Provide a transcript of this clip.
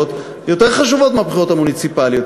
כיותר חשובות מהבחירות המוניציפליות,